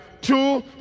two